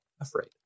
afraid